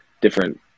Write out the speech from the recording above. different